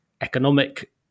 economic